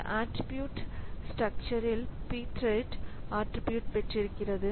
இந்த ஆட்ரிபியூட் ஸ்ட்ரக்சர்ரில் pthread attribute பெற்றிருக்கிறது